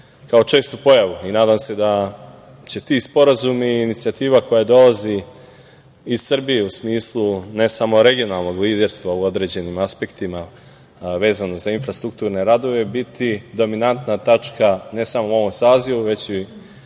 kao čestu pojavu. Nadam se da će ti sporazumi i inicijativa koja dolazi iz Srbije u smislu ne samo regionalnog liderstva u određenim aspektima vezano za infrastrukturne radove biti dominantna tačka, ne samo u ovom sazivu, već i